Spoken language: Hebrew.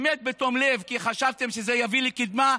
באמת בתום לב, כי חשבתם שזה יביא לקדמה,